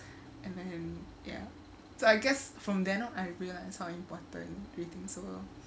and then ya so I guess from then on I realise how important ratings were